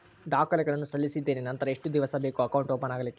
ದಾಖಲೆಗಳನ್ನು ಸಲ್ಲಿಸಿದ್ದೇನೆ ನಂತರ ಎಷ್ಟು ದಿವಸ ಬೇಕು ಅಕೌಂಟ್ ಓಪನ್ ಆಗಲಿಕ್ಕೆ?